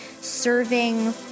serving